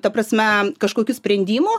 ta prasme kažkokių sprendimų